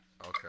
Okay